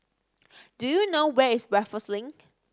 do you know where is Raffles Link